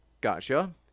Gotcha